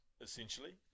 essentially